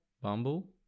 Bumble